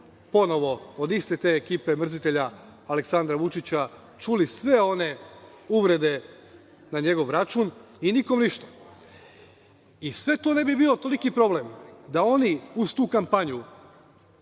ponovo od iste te ekipe mrzitelja Aleksandra Vučića čuli sve one uvrede na njegov račun i nikome ništa. Sve to ne bi bio toliki problem da oni uz tu kampanju